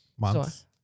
Months